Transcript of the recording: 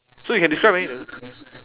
so you can describe any